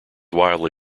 wildly